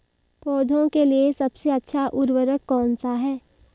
पौधों के लिए सबसे अच्छा उर्वरक कौनसा हैं?